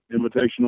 invitational